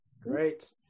Great